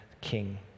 king